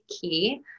key